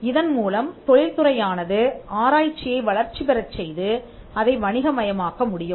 இதன் மூலம் தொழில் துறையானது ஆராய்ச்சியை வளர்ச்சி பெறச் செய்து அதை வணிக மையமாக்க முடியும்